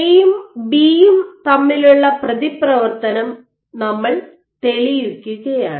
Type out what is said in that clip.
A യും B യും A B തമ്മിലുള്ള പ്രതിപ്രവർത്തനം നമ്മൾ തെളിയിക്കുകയാണ്